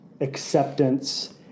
acceptance